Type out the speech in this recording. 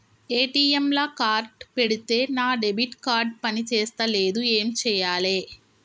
ATM లా card పెడితే నా డెబిట్ కార్డ్ పని చేస్తలేదు ఏం చేయాలే?